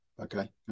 Okay